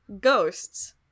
ghosts